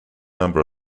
number